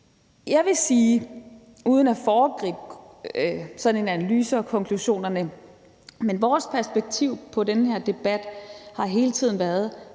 Jeg vil uden at foregribe sådan en analyse og konklusion sige, at vores perspektiv på den her debat hele tiden har